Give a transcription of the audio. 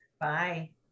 Bye